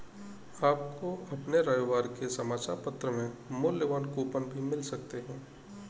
आपको अपने रविवार के समाचार पत्र में मूल्यवान कूपन भी मिल सकते हैं